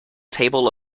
table